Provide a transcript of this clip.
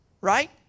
right